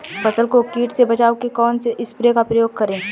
फसल को कीट से बचाव के कौनसे स्प्रे का प्रयोग करें?